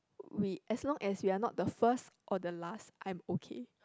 we as long as we're not the first or the last I'm okay